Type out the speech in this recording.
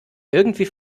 irgendwie